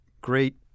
great